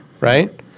Right